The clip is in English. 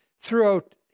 throughout